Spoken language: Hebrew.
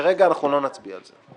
כרגע אנחנו לא נצביע על זה.